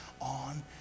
on